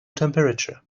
temperature